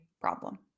problem